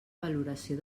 valoració